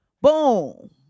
boom